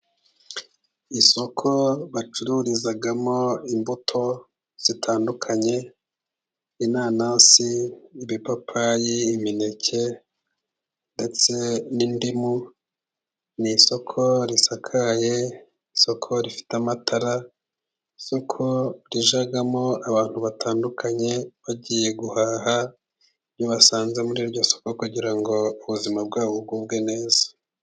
Isoko bacururizamo imbuto zitandukanye: inanasi, ibipapayi, imineke ndetse n'indimu. Ni isoko risakaye, isoko rifite amatara, isoko rijyamo abantu batandukanye bagiye guhaha. Iyo basanze muri iryo soko kugira ngo ubuzima bwabo bugubwe neza.